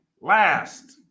last